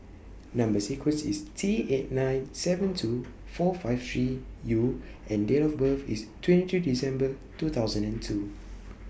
Number sequence IS T eight nine seven two four five three U and Date of birth IS twenty three December two thousand and two